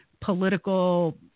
political